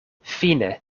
fine